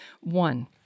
One